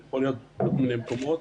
זה יכול להיות בכל מיני מקומות.